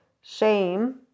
shame